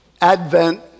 Advent